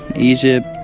egypt,